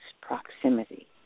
proximity